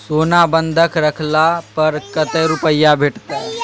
सोना बंधक रखला पर कत्ते रुपिया भेटतै?